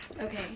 okay